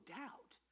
doubt